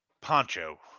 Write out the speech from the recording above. Poncho